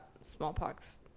smallpox